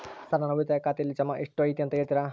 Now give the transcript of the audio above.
Sir ನನ್ನ ಉಳಿತಾಯ ಖಾತೆಯಲ್ಲಿ ಜಮಾ ಎಷ್ಟು ಐತಿ ಅಂತ ಹೇಳ್ತೇರಾ?